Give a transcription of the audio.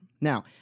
Now